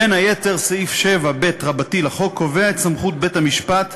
בין היתר, סעיף 7ב לחוק קובע את סמכות בית-המשפט,